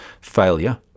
Failure